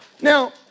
Now